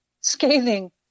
scathing